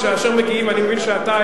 אני מבין שאתה,